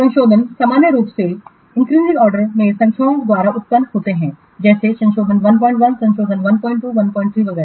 संशोधन सामान्य रूप से आरोही क्रम में संख्याओं द्वारा उत्पन्न होते हैं जैसे संशोधन 11 संशोधन 12 13 वगैरह